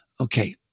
Okay